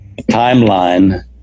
timeline